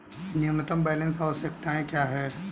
न्यूनतम बैलेंस आवश्यकताएं क्या हैं?